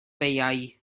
beiau